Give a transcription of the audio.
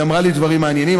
היא אמרה לי דברים מעניינים.